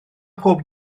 bob